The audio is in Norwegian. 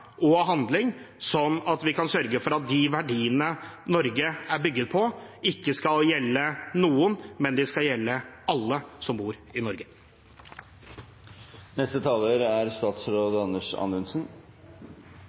og handling sånn at vi kan sørge for at de verdiene Norge er bygget på, ikke skal gjelde noen, men skal gjelde alle som bor i